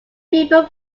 people